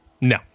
No